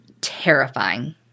terrifying